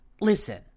Listen